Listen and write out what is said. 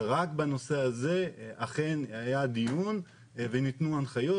ורק בנושא הזה אכן היה דיון וניתנו הנחיות,